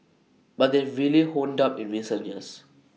but they've really honed up in recent years